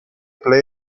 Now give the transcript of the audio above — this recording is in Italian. play